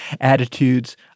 attitudes